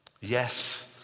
Yes